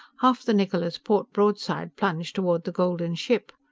half the niccola's port broadside plunged toward the golden ship.